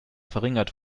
verringert